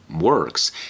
works